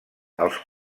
els